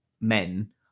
men